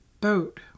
boat